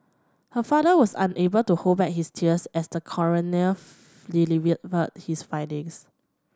her father was unable to hold back his tears as the coroner delivered but his findings